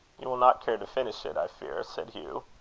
you will not care to finish it, i fear, said hugh.